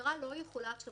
המשטרה לא יכולה עכשיו